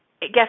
Guess